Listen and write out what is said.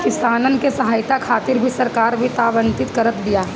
किसानन के सहायता खातिर भी सरकार वित्त आवंटित करत बिया